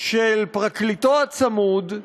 של פרקליטו הצמוד,